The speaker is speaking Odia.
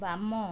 ବାମ